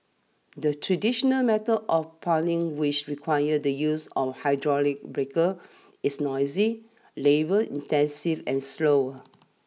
the traditional method of piling which requires the use of hydraulic breaker is noisy labour intensive and slower